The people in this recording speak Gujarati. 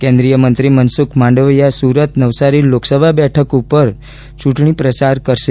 કેન્દ્રીયમંત્રી મનસુખ માંડવીયા સુરત નવસારી લોકસભા બેઠક ઉપર ચૂંટણી પ્રચાર કરશે